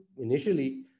initially